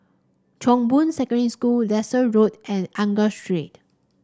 Chong Boon Secondary School Desker Road and Angus Street